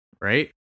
right